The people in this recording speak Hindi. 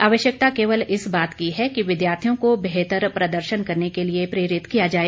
आवश्यकता केवल इस बात की है कि विद्यार्थियों को बेहतर प्रदर्शन करने के लिए प्रेरित किया जाए